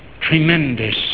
Tremendous